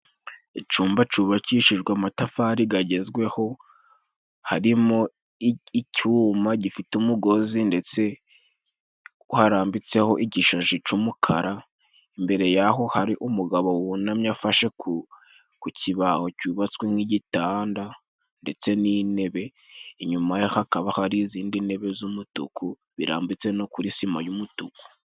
Icumba cubakishijwe amatafari gagezweho harimo icyuma gifite umugozi, ndetse harambitseho igishashi c'umukara imbere yaho hari umugabo wunamye afashe ku kibaho cyubatswe nk'igitanda ndetse n'intebe, inyuma ye hakaba hari izindi ntebe z'umutuku birambitse no kuri sima y'umutuku.